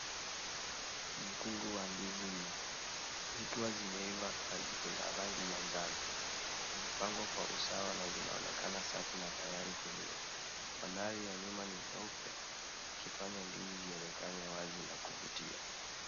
Mkungu wa ndizi nne. Zikiwa zimeiva, na zina rangi ya njano. Zimepangwa kwa usawa na zinaonekana safi na tayari kuliwa. Mandhari ya nyuma ni meupe, ikifanya ndizi zionekane wazi na kuvutia.